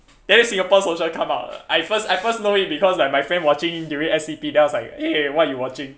then singapore social come out I first I first know it because like my friend watching during S_E_P then I was like eh what you watching